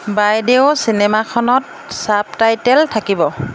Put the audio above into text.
বাইদেউ চিনেমাখনত ছাবটাইটেল থাকিব